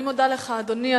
אני מודה לך, אדוני.